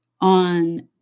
on